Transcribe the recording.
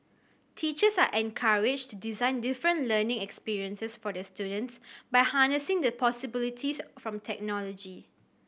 teachers are encouraged design different learning experiences for their students by harnessing the possibilities from technology